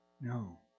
No